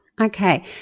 okay